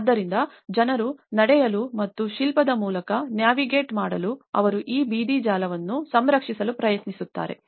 ಆದ್ದರಿಂದ ಜನರು ನಡೆಯಲು ಮತ್ತು ಶಿಲ್ಪದ ಮೂಲಕ ನ್ಯಾವಿಗೇಟ್ ಮಾಡಲು ಅವರು ಈ ಬೀದಿ ಜಾಲವನ್ನು ಸಂರಕ್ಷಿಸಲು ಪ್ರಯತ್ನಿಸುತ್ತಾರೆ